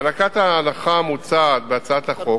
הענקת ההנחה המוצעת בהצעת החוק